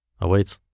awaits